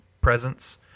presence